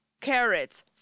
carrots